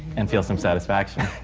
and feel some satisfaction.